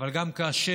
אבל גם כאשר